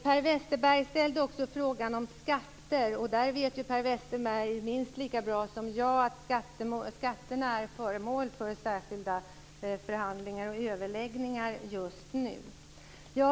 Per Westerberg frågade också om skatter. Han vet minst lika bra som jag att skatterna just nu är föremål för särskilda förhandlingar och överläggningar.